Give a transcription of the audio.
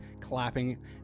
clapping